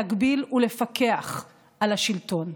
להגביל ולפקח על השלטון.